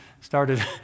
started